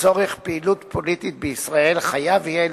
לצורך פעילות פוליטית בישראל חייב יהיה